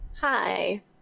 Hi